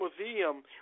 museum